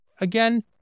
again